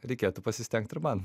reikėtų pasistengt ir man